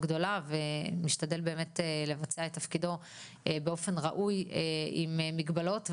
גדולה ומשתדל באמת לבצע את תפקידו באופן ראוי עם מגבלות.